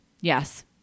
Yes